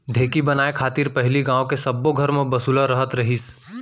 ढेंकी बनाय खातिर पहिली गॉंव के सब्बो घर म बसुला रहत रहिस